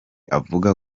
avuga